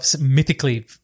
mythically